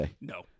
No